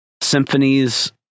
symphonies